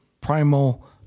primal